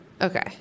Okay